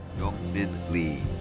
jung min lee.